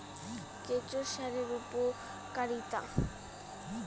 কেঁচো সারের উপকারিতা?